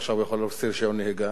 עכשיו הוא יכול להוציא רשיון נהיגה,